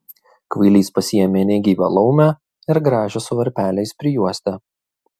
kvailys pasiėmė negyvą laumę ir gražią su varpeliais prijuostę